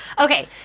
Okay